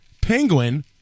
Penguin